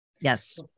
yes